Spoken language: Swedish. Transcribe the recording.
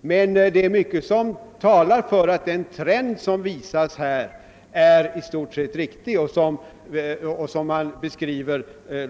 Det finns dock mycket som talar för att den trend som beskrivs längre fram i nationalbudgeten i stort sett är riktig.